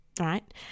right